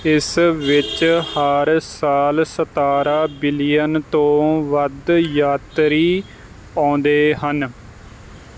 ਇਸ ਵਿੱਚ ਹਰ ਸਾਲ ਸਤਾਰ੍ਹਾਂ ਬਿਲੀਅਨ ਤੋਂ ਵੱਧ ਯਾਤਰੀ ਆਉਂਦੇ ਹਨ